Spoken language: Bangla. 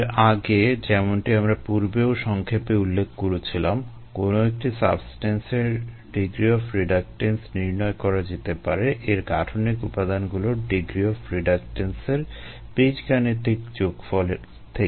এর আগে যেমনটি আমরা পূর্বেও সংক্ষেপে উল্লেখ করেছিলাম কোনো একটি সাবস্টেন্সের ডিগ্রি অফ রিডাকটেন্স নির্ণয় করা যেতে পারে - এর গাঠনিক উপাদানগুলোর ডিগ্রি অফ রিডাকটেন্সের বীজগাণিতিক যোগফল থেকে